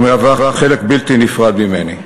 ומהווה חלק בלתי נפרד ממני.